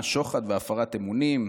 שוחד והפרת אמונים.